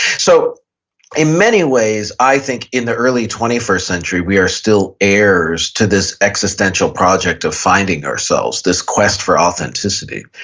so in many ways, i think in the early twenty first century we are still heirs to this existential project of finding ourselves this quest for authenticity.